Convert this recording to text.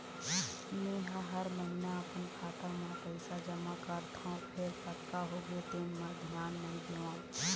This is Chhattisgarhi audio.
मेंहा हर महिना अपन खाता म पइसा जमा करथँव फेर कतका होगे तेन म धियान नइ देवँव